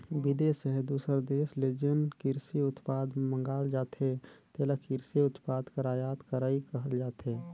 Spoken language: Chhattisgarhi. बिदेस चहे दूसर देस ले जेन किरसी उत्पाद मंगाल जाथे तेला किरसी उत्पाद कर आयात करई कहल जाथे